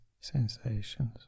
sensations